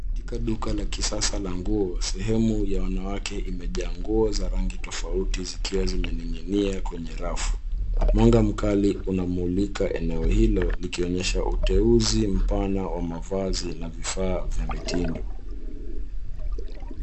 Katika ni duka la kisasa la nguo. Sehemu ya wanawake imejaa nguo za rangi tofauti zikiwa zimening’inia kwenye rafu. Mwanga mkali unamulika eneo hilo, likionyesha uteuzi mpana wa mavazi na vifaa vya mitindo.